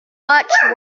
much